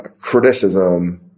criticism